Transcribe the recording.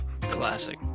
Classic